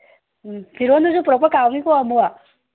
ꯎꯝ ꯐꯤꯔꯣꯟꯗꯨꯁꯨ ꯄꯨꯔꯛꯄ ꯀꯥꯎꯅꯤꯀꯣ ꯑꯃꯨꯛ